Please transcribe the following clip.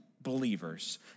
Believers